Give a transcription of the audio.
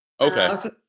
Okay